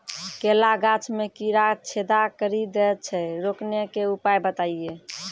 केला गाछ मे कीड़ा छेदा कड़ी दे छ रोकने के उपाय बताइए?